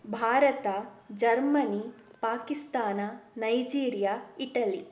Bharat Germany Pakistan Nigeria Italy